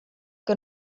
que